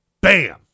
bam